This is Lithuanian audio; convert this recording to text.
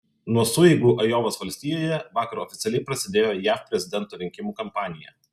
nuo sueigų ajovos valstijoje vakar oficialiai prasidėjo jav prezidento rinkimų kampanija